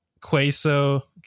Queso